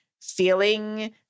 feeling